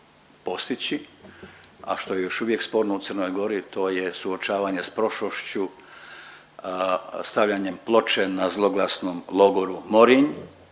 a što je još uvijek sporno u Crnoj Gori to je suočavanje s prošlošću, stavljanjem ploče na zloglasnom logoru Morinj